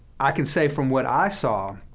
i can say, from what i saw,